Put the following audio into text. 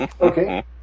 Okay